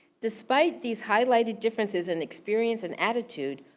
despite these highlighted differences in experiences and attitude,